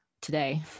today